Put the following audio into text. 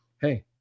hey